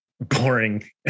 boring